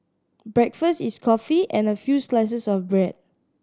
breakfast is coffee and a few slices of bread